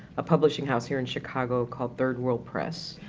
a publishing house here in chicago called third world press.